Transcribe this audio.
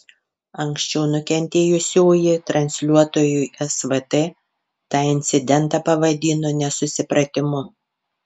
anksčiau nukentėjusioji transliuotojui svt tą incidentą pavadino nesusipratimu